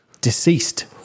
Deceased